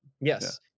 Yes